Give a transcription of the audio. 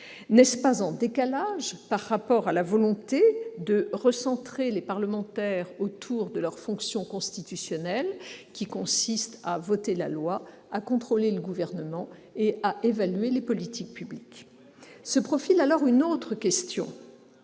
N'est-ce pas en décalage par rapport à la volonté de recentrer les parlementaires autour de leurs fonctions constitutionnelles, qui consistent à voter la loi, à contrôler le Gouvernement et à évaluer les politiques publiques ?